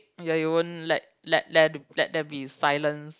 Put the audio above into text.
ya he won't let let let let there be silence